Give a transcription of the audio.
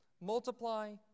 multiply